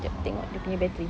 jap tengok dia punya battery